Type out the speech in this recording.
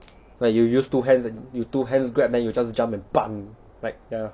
like you use two hands and you two hands grab then you just jump and bam like ya